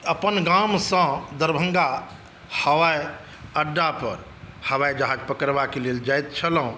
अपन गामसँ दरभङ्गा हवाईअड्डा पर हवाइ जहाज पकड़बाकेँ लेल जाइत छलहुँ